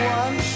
one